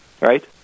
right